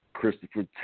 Christopher